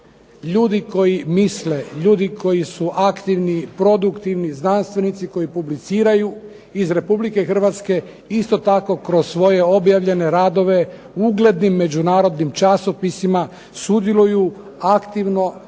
ljudi koji misle, ljudi koji su aktivni, produktivni, znanstvenici koji publiciraju iz Republike Hrvatske isto tako kroz svoje objavljene radove u uglednim međunarodnim časopisima sudjeluju aktivno